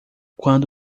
quando